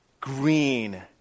green